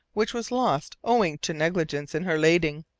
which was lost owing to negligence in her lading.